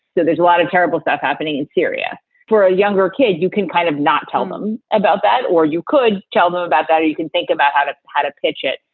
so there's a lot of terrible stuff happening in syria for a younger kid you can kind of not tell them about that or you could tell them about that. you can think about how to how to pitch it,